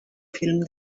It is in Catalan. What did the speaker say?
film